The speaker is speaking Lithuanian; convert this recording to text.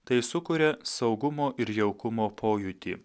tai sukuria saugumo ir jaukumo pojūtį